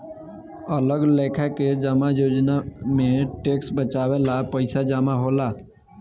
अलग लेखा के जमा योजना में टैक्स बचावे ला पईसा जमा होला